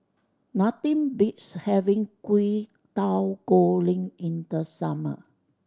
nothing beats having Kwetiau Goreng in the summer